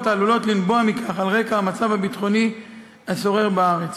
העלולות לנבוע מכך על רקע המצב הביטחוני השורר בארץ.